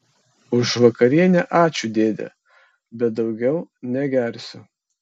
už vakarienę ačiū dėde bet daugiau negersiu